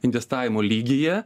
investavimo lygyje